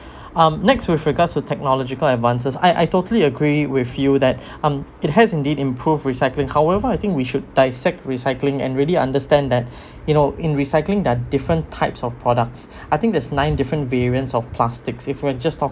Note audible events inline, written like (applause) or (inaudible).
um next with regards to technological advances I I totally agree with you that um it has indeed improve recycling however I think we should dissect recycling and really understand that (breath) you know in recycling there are different types of products I think there's nine different variants of plastics if we're just talking